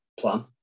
plan